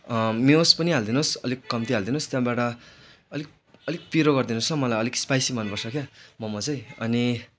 म्युस पनि हालिदिनुहोस् अलिक कम्ती हालिदिनुहोस् त्यहाँबाट अलिक अलिक पिरो गरिदिनुहोस् ल मलाई अलिक स्पाइसी मन पर्छ क्या मोमो चाहिँ अनि